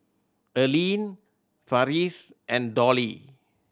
Allene Farris and Dollie